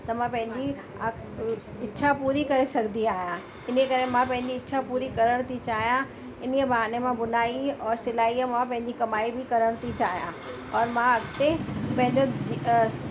त मां पंहिंजी इच्छा पूरी करे सघंदी आहियां इन ई करे मां पंहिंजी इच्छा पूरी करण थी चाहियां इन ई बहाने मां बुनाई और सिलाईअ मां पंहिंजी कमाई बि करणु थी चाहियां और मां अॻिते पंहिंजो